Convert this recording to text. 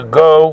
go